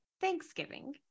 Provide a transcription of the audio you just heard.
Thanksgiving